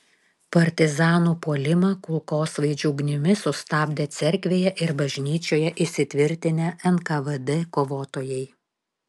partizanų puolimą kulkosvaidžių ugnimi sustabdė cerkvėje ir bažnyčioje įsitvirtinę nkvd kovotojai